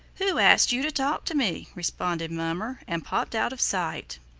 who asked you to talk to me? responded mummer, and popped out of sight.